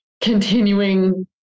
continuing